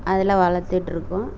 அதில் வளர்த்துட்ருக்கோம்